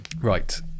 Right